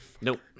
nope